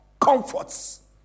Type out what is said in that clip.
comforts